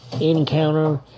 Encounter